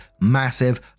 massive